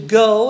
go